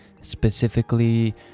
specifically